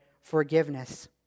forgiveness